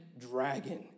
dragon